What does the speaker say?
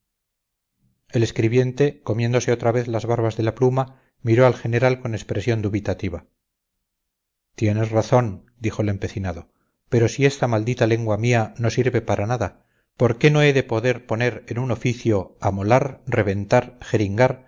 el escribiente comiéndose otra vez las barbas de la pluma miró al general con expresión dubitativa tienes razón dijo el empecinado pero si esta maldita lengua mía no sirve para nada por qué no he de poder poner en un oficio amolar reventar jeringar